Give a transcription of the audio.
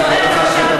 היושב-ראש,